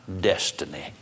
destiny